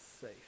safe